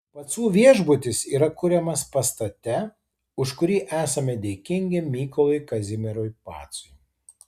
pacų viešbutis yra kuriamas pastate už kurį esame dėkingi mykolui kazimierui pacui